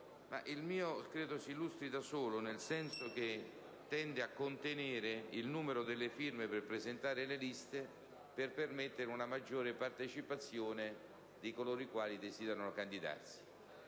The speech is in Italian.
12.300 credo si illustri da sé, in quanto tende a contenere il numero delle firme per presentare le liste, per permettere una maggior partecipazione di coloro i quali desiderano candidarsi.